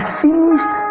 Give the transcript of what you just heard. finished